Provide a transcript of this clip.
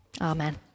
amen